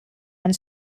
and